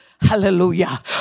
Hallelujah